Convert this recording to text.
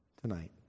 Tonight